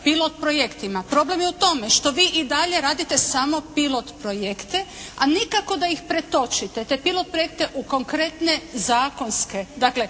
sa pilot projektima. Projekt je u tome što vi i dalje radite samo pilot projekte, a nikako da ih pretočite, te pilot projekte u konkretne zakonske. Dakle,